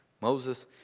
Moses